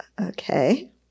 Okay